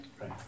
Right